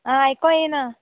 आं आयको येना